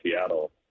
Seattle